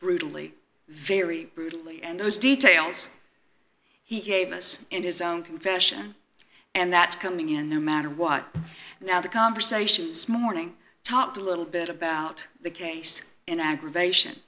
brutally very brutally and those details he gave us in his own confession and that's coming in no matter what now the conversations morning talked a little bit about the case in aggravation